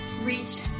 reach